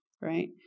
right